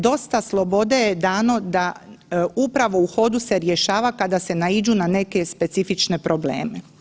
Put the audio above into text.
Dosta slobode je dano da upravo u hodu se rješava kada se naiđu na neke specifične probleme.